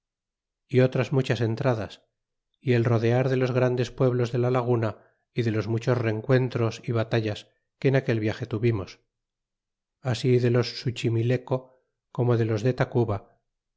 y otras muchas entradas y el rodear de los grandes pueblos de la laguna y de los muchos rencuentros y batallas que en aquel viage tuvimos así de los de suchimileco como de los de tacuba